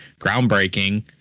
groundbreaking